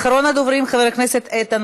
חבר הכנסת באסל גטאס.